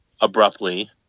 abruptly